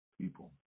people